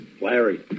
Larry